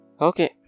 Okay